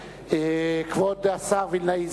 כבוד השר וילנאי,